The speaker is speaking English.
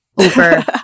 over